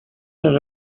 that